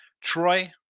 Troy